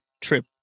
trip